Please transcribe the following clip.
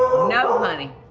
no honey.